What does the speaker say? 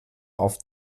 auf